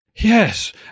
yes